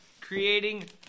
Creating